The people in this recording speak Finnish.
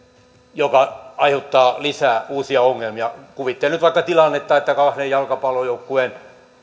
joka aiheuttaa lisää uusia ongelmia kuvittelen nyt vaikka tilannetta että kahden jalkapallojoukkueen